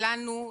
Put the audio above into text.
לנו,